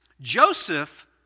Joseph